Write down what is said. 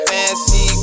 Fancy